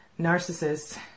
narcissists